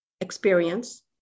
experience